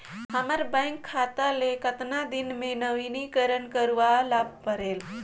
हमर बैंक खाता ले कतना दिन मे नवीनीकरण करवाय ला परेल?